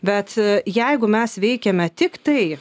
bet jeigu mes veikiame tiktai